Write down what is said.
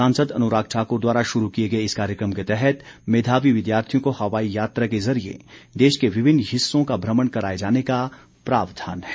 सांसद अनुराग ठाक्र द्वारा शुरू किए गए इस कार्यक्रम के तहत मेधावी विद्यार्थियों को हवाई यात्रा के जरिए देश के विभिन्न हिस्सों का भ्रमण कराए जाने का प्रावधान है